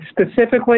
specifically